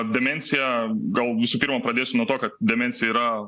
demencija gal visų pirma pradėsiu nuo to kad demencija yra